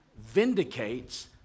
vindicates